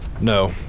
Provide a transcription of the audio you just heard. No